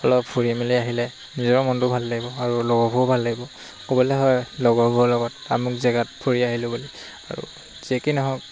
অলপ ফুৰি মেলি আহিলে নিজৰ মনটো ভাল লাগিব আৰু লগৰবোৰ ভাল লাগিব ক'বলৈ হয় লগৰবোৰৰ লগত আমুক জেগাত ফুৰি আহিলোঁ বুলি আৰু যি কি নহওক